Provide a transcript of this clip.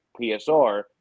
PSR